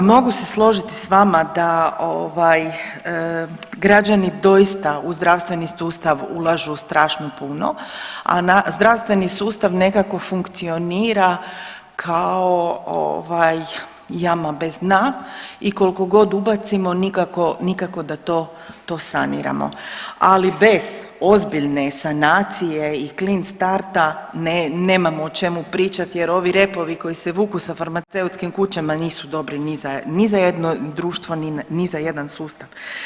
Pa mogu se složiti s vama da ovaj građani doista u zdravstveni sustav ulažu strašno puno, a zdravstveni sustav nekako funkcionira kao ovaj jama bez dna i kolko god ubacimo nikako, nikako da to, to saniramo, ali bez ozbiljne sanacije i klin starta ne, nemamo o čemu pričat jer ovi repovi koji se vuku sa farmaceutskim kućama nisu dobri ni za, ni za jedno društvo, ni za jedan sustav.